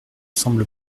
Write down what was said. semble